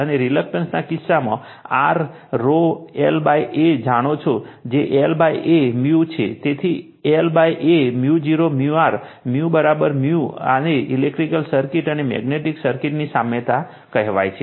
અને રિલક્ટન્સના કિસ્સામાં R rho lA જાણો છો તે l A છે તેથી l A 𝜇0 𝜇r આને ઇલેક્ટ્રિક સર્કિટ અને મેગ્નેટિક સર્કિટની સામ્યતા કહેવાય છે